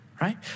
right